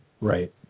Right